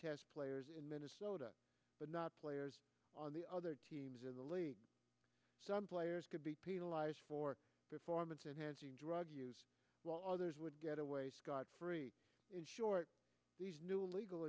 test players in minnesota but not players on the other teams in the league some players could be penalized for performance enhancing drug use while others would get away scot free in short new legal